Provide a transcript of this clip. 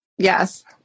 Yes